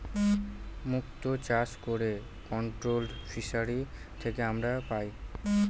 মুক্ত চাষ করে কন্ট্রোলড ফিসারী থেকে আমরা পাই